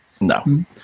No